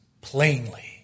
plainly